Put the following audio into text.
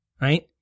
Right